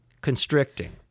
constricting